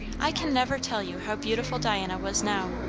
i can never tell you how beautiful diana was now.